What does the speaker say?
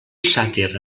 sàtir